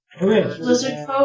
Blizzard